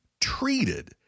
treated